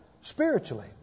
spiritually